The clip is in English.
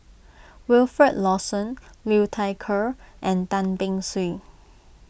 Wilfed Lawson Liu Thai Ker and Tan Beng Swee